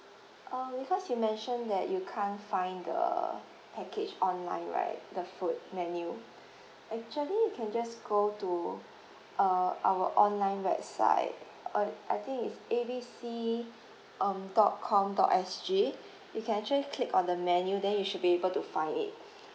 um because you mentioned that you can't find the package online right the food menu actually you can just go to uh our online website uh I think it's A B C um dot com dot S G you can actually click on the menu then you should be able to find it